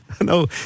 no